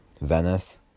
Venice